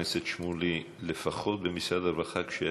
חבר הכנסת שמולי, לפחות במשרד הרווחה, כשהייתי,